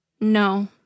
no